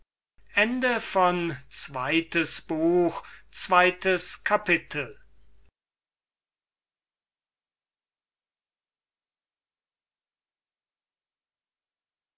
zweites buch erstes kapitel